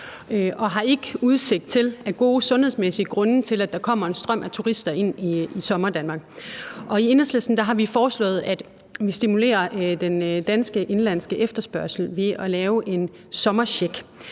og har ikke af gode sundhedsmæssige grunde udsigt til, at der kommer en strøm af turister ind i Sommerdanmark. I Enhedslisten har vi foreslået, at vi stimulerer den danske indenlandske efterspørgsel ved at lave en sommercheck